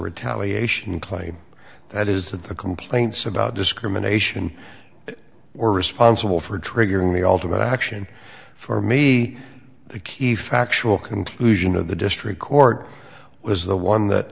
retaliation claim that is that the complaints about discrimination or responsible for triggering the ultimate action for me the key factual conclusion of the district court was the one that